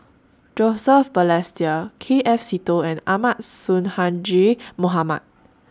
Joseph Balestier K F Seetoh and Ahmad Sonhadji Mohamad